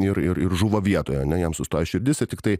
ir ir žuvo vietoj ane jam sustojo širdis tiktai